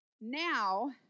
now